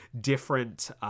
different